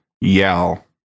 yell